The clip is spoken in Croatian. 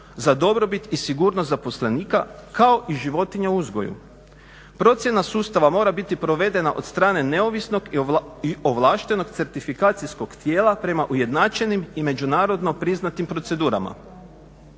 za dobrobit i sigurnost zaposlenika kao i životinja u uzgoju. Procjena sustava mora biti provedena od strane neovisnog i ovlaštenog certifikacijskog tijela prema ujednačenim i međunarodno priznatim procedurama.